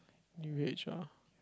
n_u_h ah